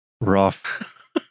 Rough